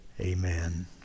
Amen